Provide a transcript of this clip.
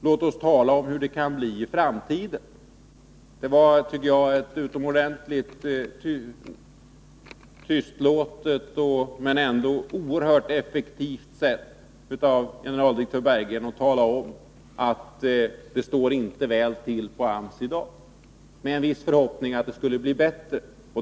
Låt oss tala om hur det kan bli i framtiden.” Det var som jag ser det ett utomordentligt försynt men ändå oerhört effektivt sätt att tala om att det inte står väl till på AMS i dag, men att det kan finnas en viss förhoppning om att det skall bli bättre.